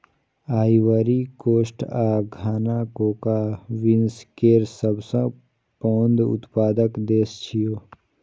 Ivory Coast आ Ghana cocoa beans केर सबसं पैघ उत्पादक देश छियै